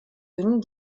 bin